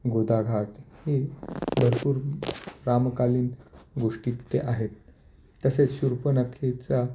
गोदाघाट हे भरपूर रामकालीन गोष्टी तिथे आहेत तसेच शूर्पणखेचा